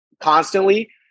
constantly